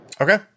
Okay